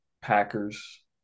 Packers